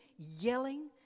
yelling